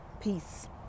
Peace